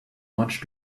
much